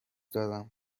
دارم